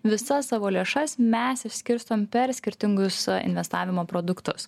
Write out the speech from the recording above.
visas savo lėšas mes išskirstom per skirtingus investavimo produktus